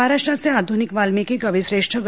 महाराष्ट्राचे आध्निक वाल्मिकी कवीश्रेष्ठ ग